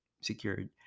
secured